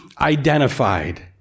identified